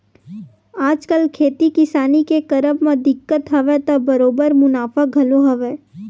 आजकल खेती किसानी के करब म दिक्कत हवय त बरोबर मुनाफा घलो हवय